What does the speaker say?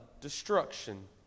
destruction